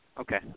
Okay